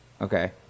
Okay